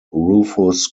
rufous